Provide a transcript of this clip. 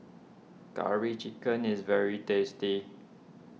Curry Chicken is very tasty